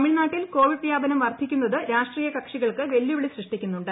തമിഴ്നാട്ടിൽ കോവിഡ് പ്ല്യാപനം വർദ്ധിക്കുന്നത് രാഷ്ട്രീയ കക്ഷികൾക്ക് വെല്ലുവിളി സ്കൂഷ്ട്ടി്ക്കുന്നുണ്ട്